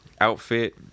outfit